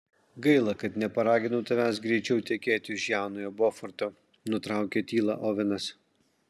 gaila kad neparaginau tavęs greičiau tekėti už jaunojo boforto nutraukė tylą ovenas